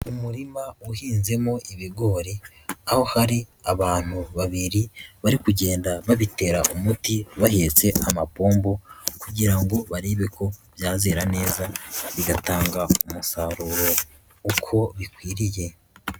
Umurima uhinzemo ibigori aho hari abantu babiri bari kugenda babitera umuti bahetse amapombo kugira ngo barebe ko byazera neza bigatanga umusaruro uko bikwiriye.